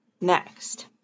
next